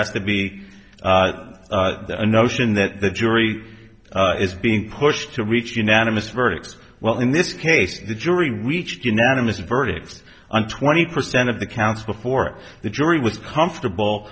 a notion that the jury is being pushed to reach unanimous verdict well in this case the jury reached unanimous verdict on twenty percent of the counts before the jury was comfortable